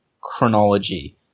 chronology